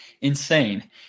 insane